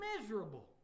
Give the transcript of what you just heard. miserable